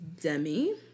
Demi